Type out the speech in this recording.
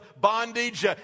bondage